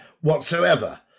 whatsoever